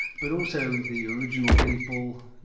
but also the original people,